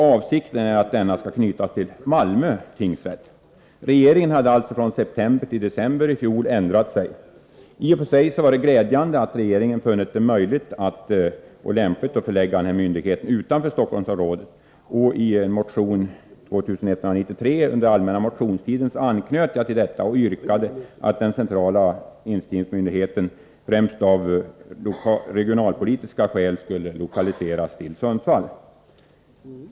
Avsikten är att denna skall knytas till Malmö tingsrätt.” Regeringen hade alltså ändrat sig från september till december i fjol. I och för sig var det glädjande att regeringen funnit det möjligt och lämpligt att förlägga den nya myndigheten utanför Stockholmsområdet. I motion 2193, som jag väckte under den allmänna motionstiden, anknöt jag till detta och yrkade att den centrala inskrivningsmyndigheten — främst av regionalpolitiska skäl — skulle lokaliseras till Sundsvall.